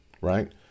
Right